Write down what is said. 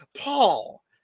Paul